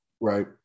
Right